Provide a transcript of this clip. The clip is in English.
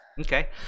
Okay